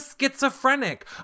schizophrenic